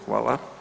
Hvala.